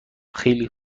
خیلی